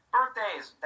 Birthdays